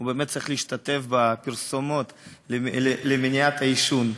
הוא באמת צריך להשתתף בפרסומות למניעת העישון.